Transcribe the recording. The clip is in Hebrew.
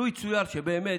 לו יצויר שבאמת,